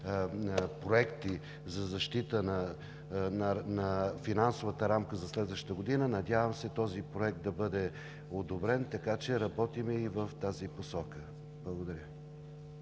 проекти за защита на финансовата рамка за следващата година, надявам се този проект да бъде одобрен, така че работим и в тази посока. Благодаря.